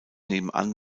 nebenan